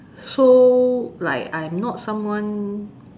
so like I'm not someone